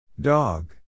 Dog